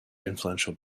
influential